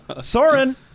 Soren